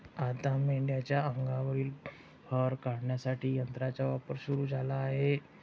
आता मेंढीच्या अंगावरील फर काढण्यासाठी यंत्राचा वापर सुरू झाला आहे